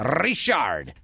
Richard